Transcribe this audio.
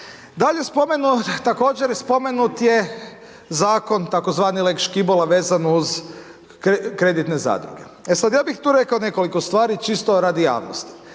također spomenut je zakon tzv. lex Škibola vezano uz kreditne zadruge. E sad ja bi tu rekao nekoliko stvari čisto radi javnosti,